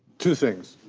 two things,